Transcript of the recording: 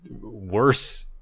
worse